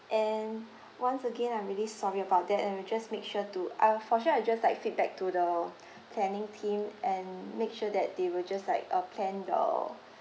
and once again I'm really sorry about that and we'll just make sure to I will for sure I'll just like feedback to the planning team and make sure that they will just like uh plan the